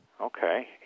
Okay